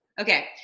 Okay